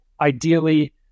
ideally